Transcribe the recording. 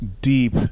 deep